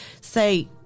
Say